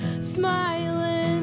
smiling